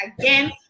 again